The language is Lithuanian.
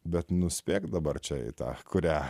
bet nuspėk dabar čia į tą kurią